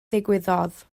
ddigwyddodd